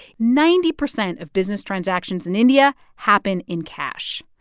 ninety percent of business transactions in india happen in cash.